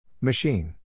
Machine